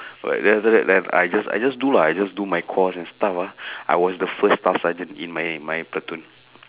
but then after that then I just I just do lah I just do my course and stuff ah I was the first staff sergeant in my my platoon